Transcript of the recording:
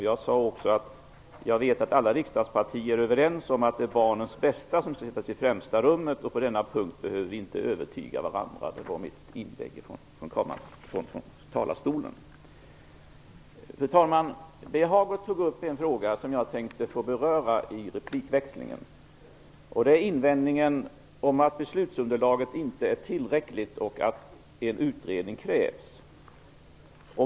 Jag sade också att jag vet att alla riksdagspartier är överens om att barnens bästa skall sättas i främsta rummet. På denna punkt behöver vi inte övertyga varandra, sade jag i mitt inlägg från talarstolen. Fru talman! Birger Hagård tog upp en fråga som jag tänkte få beröra i replikväxlingen, och det är invändningen om att beslutsunderlaget inte är tillräckligt och att en utredning krävs.